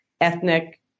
ethnic